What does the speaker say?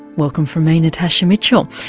welcome from me natasha mitchell.